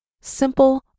Simple